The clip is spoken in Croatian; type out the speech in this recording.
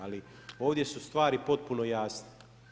Ali ovdje su stvari potpuno jasne.